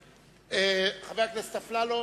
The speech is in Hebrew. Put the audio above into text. חבר הכנסת אפללו,